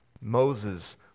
Moses